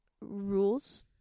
rules